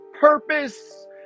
purpose